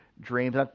dreams